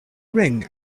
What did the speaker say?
ring